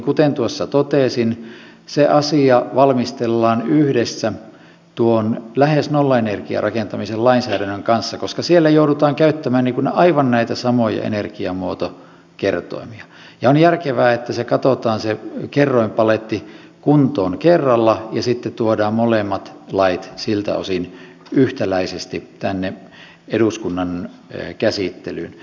kuten tuossa totesin se asia valmistellaan yhdessä tuon lähes nollaenergiarakentamisen lainsäädännön kanssa koska siellä joudutaan käyttämään näitä aivan samoja energiamuotokertoimia ja on järkevää että katsotaan se kerroinpaletti kuntoon kerralla ja sitten tuodaan molemmat lait siltä osin yhtäläisesti tänne eduskunnan käsittelyyn